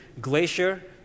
Glacier